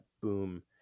boom